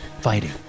fighting